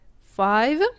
five